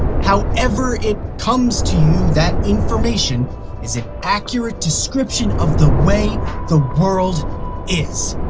however it comes to you, that information is an accurate description of the way the world is.